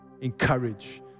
encourage